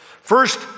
First